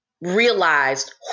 realized